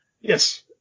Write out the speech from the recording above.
Yes